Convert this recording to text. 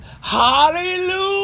Hallelujah